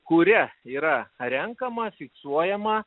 kuria yra renkama fiksuojama